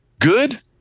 good